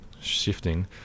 shifting